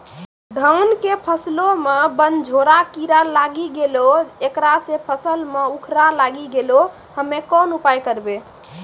धान के फसलो मे बनझोरा कीड़ा लागी गैलै ऐकरा से फसल मे उखरा लागी गैलै हम्मे कोन उपाय करबै?